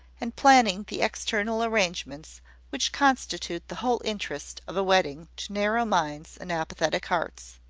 and planning the external arrangements which constitute the whole interest of a wedding to narrow minds and apathetic hearts.